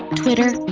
twitter,